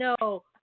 no